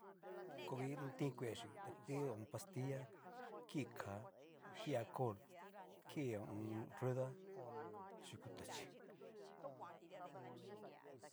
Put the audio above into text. Koki tin kue chu ta koki pastilla, ki ká ki alcohol, ki hu u um. nrudá, yuku tachí.